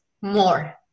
more